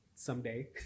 Someday